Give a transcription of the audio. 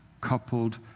coupled